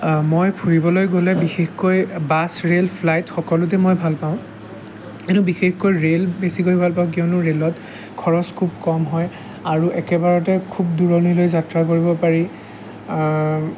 মই ফুৰিবলৈ গ'লে বিশেষকৈ বাছ ৰেল ফ্লাইট সকলোতে মই ভালপাওঁ কিন্তু বিশেষকৈ ৰেল বেছিকৈ ভালপাওঁ কিয়নো ৰেলত খৰচ খুব কম হয় আৰু একেবাৰতে খুব দূৰণিলৈ যাত্ৰা কৰিব পাৰি